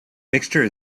mixture